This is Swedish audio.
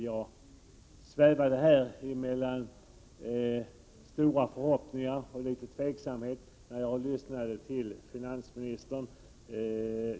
Jag svävade här mellan stora förhoppningar och något tvivel när jag lyssnade till finansministern.